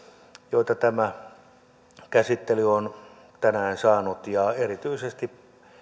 joita tämä käsittely on tänään saanut ja erityisesti